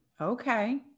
Okay